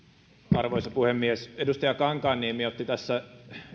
arvoisa puhemies edustaja kankaanniemi otti tässä